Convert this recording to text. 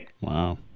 Wow